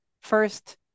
first